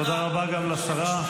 תודה רבה גם לשרה.